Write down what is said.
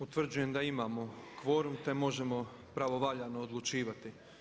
Utvrđujem da imamo kvorum te možemo pravovaljano odlučivati.